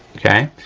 okay.